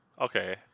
okay